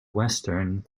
western